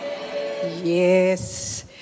Yes